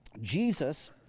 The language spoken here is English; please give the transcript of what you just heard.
Jesus